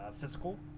physical